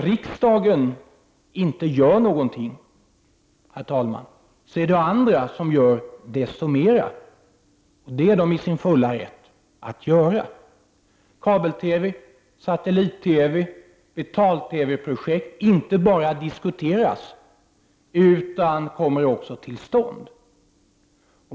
Riksdagen gör nu ingenting, men under tiden finns det andra som gör desto mer. Och detta är de i sin fulla rätt att göra. Kabel-TV, satellit TV och betal-TV-projekt inte bara diskuteras, utan kommer också till stånd.